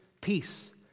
peace